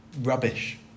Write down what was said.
rubbish